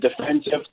defensive